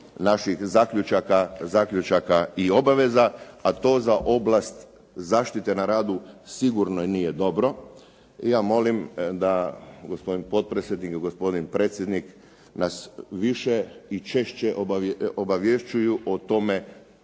naših zaključaka i obaveza, a to za oblast zaštite na radu sigurno nije dobro. I ja molim da gospodin potpredsjednik i gospodin predsjednik nas više i češće obavješćuju o tome,